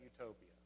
utopia